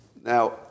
Now